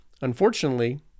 Unfortunately